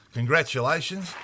Congratulations